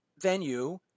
venue